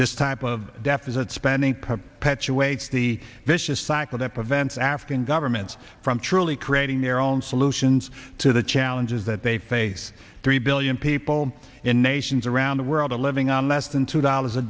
this type of deficit spending perpetuates the vicious cycle that prevents african governments from truly creating their own solutions to the challenges that they face three billion people in nations around the world living on less than two dollars a